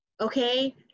okay